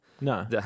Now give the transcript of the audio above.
No